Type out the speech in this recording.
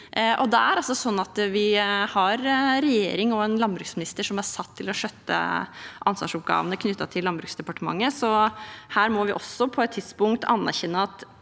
vi har en regjering og en landbruksminister som er satt til å skjøtte ansvarsoppgavene knyttet til Land bruksdepartementet. Her må vi også på et tidspunkt anerkjenne at